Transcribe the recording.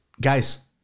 guys